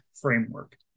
framework